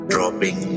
Dropping